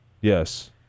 Yes